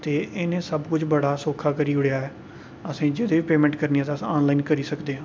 ते इ'नें सबकिश बड़ा सौक्खा करी ओड़ेआ ऐ असें गी जेह्ड़ी बी पेमेंट करनी ऐ ते अस आनलाइन करी सकदे आं